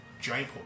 Giant